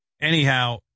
anyhow